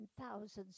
thousands